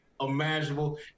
imaginable